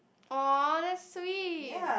!wah! that's sweet